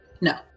No